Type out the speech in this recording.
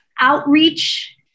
Outreach